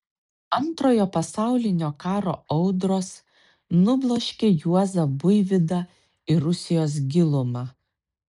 antrojo pasaulinio karo audros nubloškė juozą buivydą į rusijos gilumą